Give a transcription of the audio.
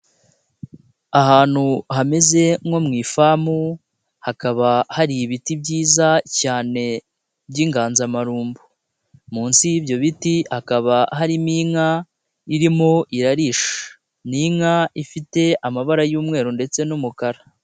Ahantu hameze nko mu ifamu hakaba hari ibiti byiza cyane by'inganzamarumbo, munsi y'ibyo biti hakaba harimo inka irimo irarisha, ni inka ifite amabara y'umweru ndetse n'umukara.